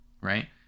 right